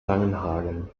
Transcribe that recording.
langenhagen